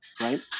right